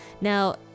now